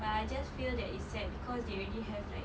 but I just feel that is sad cause they already have like